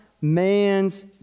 man's